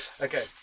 Okay